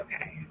Okay